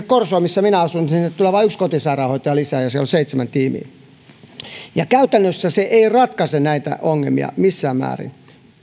korsoon missä minä asun tulee vain yksi kotisairaanhoitaja lisää ja siellä on seitsemän tiimiä käytännössä se ei ratkaise näitä ongelmia missään määrin